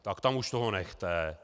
Tak tam už toho nechte!